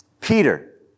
Peter